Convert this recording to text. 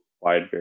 wide